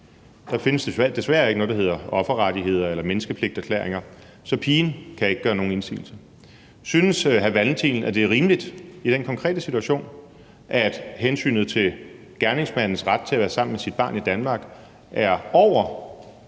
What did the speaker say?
der findes desværre ikke noget, der hedder offerrettigheder eller menneskepligterklæringer, så pigen kan ikke gøre nogen indsigelse. Synes hr. Carl Valentin, at det er rimeligt i den konkrete situation, at hensynet til gerningsmandens ret til at være sammen med sit barn i Danmark er over